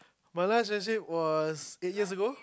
my last relationship was eight years ago